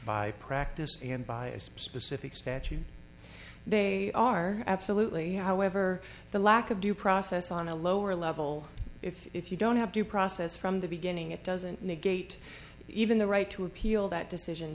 by practice and by a specific statute they are absolutely however the lack of due process on a lower level if you don't have due process from the beginning it doesn't negate even the right to appeal that decision